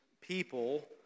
people